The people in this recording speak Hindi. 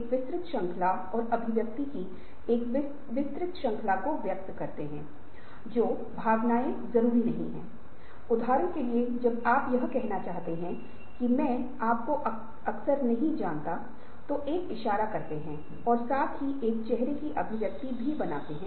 और प्रमुख विकल्प परिवर्तन की प्रक्रिया में प्रमुख विकल्प होते हैं बड़े विकल्प होते हैं जिससे लोग बदलते हैं संगठनात्मक संरचना परिवर्तन और संस्कृति परिवर्तन होता है